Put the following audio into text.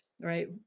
right